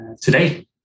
today